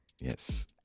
Yes